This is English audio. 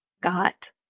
got